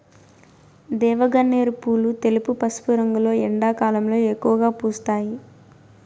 దేవగన్నేరు పూలు తెలుపు, పసుపు రంగులో ఎండాకాలంలో ఎక్కువగా పూస్తాయి